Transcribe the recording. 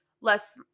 less